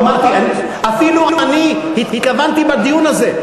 אפילו אני התכוונתי בדיון הזה.